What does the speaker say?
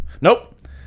Nope